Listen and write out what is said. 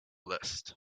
list